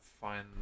find